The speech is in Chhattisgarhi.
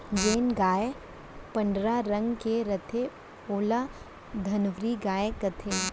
जेन गाय पंडरा रंग के रथे ओला धंवरी गाय कथें